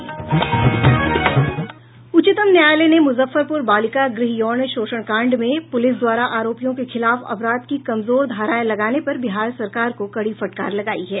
उच्चतम न्यायालय ने मुजफ्फरपुर बालिका गृह यौन शोषण कांड में पुलिस द्वारा आरोपियों के खिलाफ अपराध की कमजोर धाराएं लगाने पर बिहार सरकार को कड़ी फटकार लगायी है